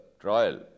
Trial